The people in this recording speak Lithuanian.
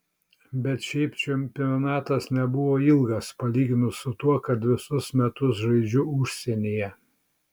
bet šiaip čempionatas nebuvo ilgas palyginus su tuo kad visus metus žaidžiu užsienyje